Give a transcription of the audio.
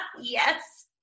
Yes